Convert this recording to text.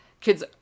kids